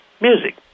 music